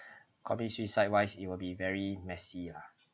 commit suicide wise it will be very messy lah